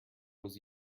was